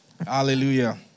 Hallelujah